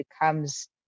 becomes